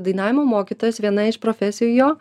dainavimo mokytojas viena iš profesijų jo